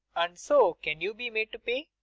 and so can you be made to pay.